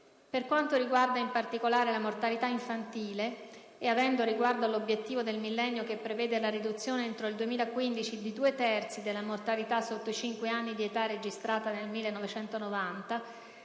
Per quanto riguarda, in particolare, la mortalità infantile e avendo riguardo all'obiettivo del Millennio che prevede la riduzione entro il 2015 di due terzi della mortalità sotto i cinque anni di età registrata nel 1990,